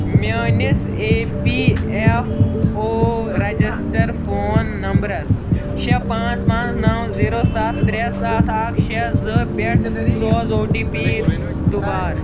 میٛانِس A P F O register phone نمبرَس شےٚ پانٛژھ پانٛژھ نَو زیٖرو سَتھ ترےٚ سَتھ اَکھ شےٚ زٕ پٮ۪ٹھ سوز او ٹی پی دُبار